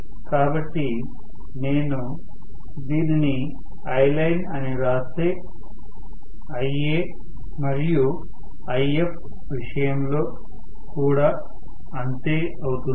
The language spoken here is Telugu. కాబట్టి నేను దీనిని Iline అని వ్రాస్తే Iaమరియు If విషయంలో కూడా అంతే అవుతుంది